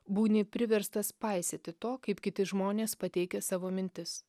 būni priverstas paisyti to kaip kiti žmonės pateikia savo mintis